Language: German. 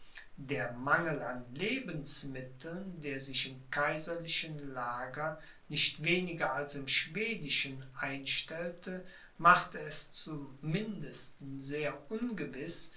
der mangel an lebensmitteln der sich im kaiserlichen lager nicht weniger als im schwedischen einstellte machte es zum mindesten sehr ungewiß